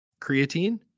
creatine